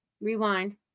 Rewind